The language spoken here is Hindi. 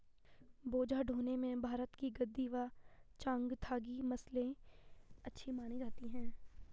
बोझा ढोने में भारत की गद्दी व चांगथागी नस्ले अच्छी मानी जाती हैं